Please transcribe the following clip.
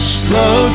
slow